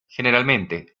generalmente